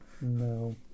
No